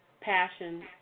Passion